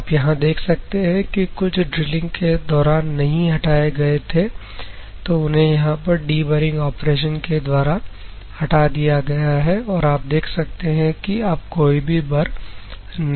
तो आप यहां देख सकते हैं कि कुछ ड्रिलिंग के दौरान नहीं हटाए गए थे तो उन्हें यहां पर डीबरिंग ऑपरेशन के द्वारा हटा दिया गया है और आप देख सकते हैं कि अब कोई भी बर नहीं रह गया है